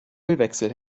ölwechsel